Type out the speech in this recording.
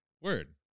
Word